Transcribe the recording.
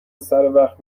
سروقت